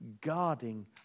guarding